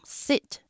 sit